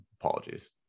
apologies